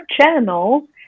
channel